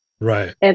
Right